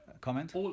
comment